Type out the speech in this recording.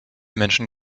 menschen